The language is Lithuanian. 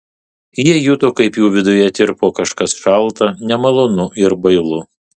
jie juto kaip jų viduje tirpo kažkas šalta nemalonu ir bailu